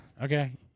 okay